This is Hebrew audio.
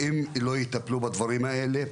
אם לא יטפלו בדברים האלה,